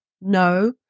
No